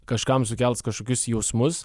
kažkam sukels kažkokius jausmus